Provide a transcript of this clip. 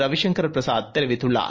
ரவிசங்கர் பிரசாத் தெரிவித்துள்ளார்